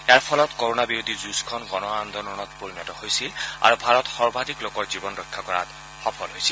ইয়াৰ ফলত কৰণা বিৰোধী যুজখন গণ আন্দোলনত পৰিণত হৈছিল আৰু ভাৰত সৰ্বাধিক লোকৰ জীৱন ৰক্ষা কৰাত সফল হৈছিল